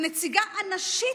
הנציגה הנשית,